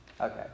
Okay